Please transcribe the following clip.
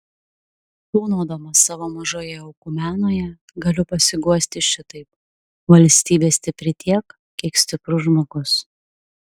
tūnodamas savo mažoje oikumenoje galiu pasiguosti šitaip valstybė stipri tiek kiek stiprus žmogus